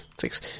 Six